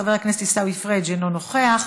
חבר הכנסת עיסאווי פריג' אינו נוכח,